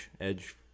Edge